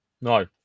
No